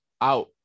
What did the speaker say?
out